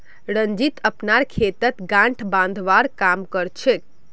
रंजीत अपनार खेतत गांठ बांधवार काम कर छेक